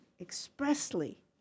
expressly